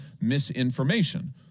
misinformation